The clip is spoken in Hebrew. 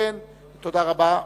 תודה רבה.